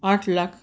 आठ लाख